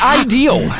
ideal